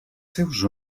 seus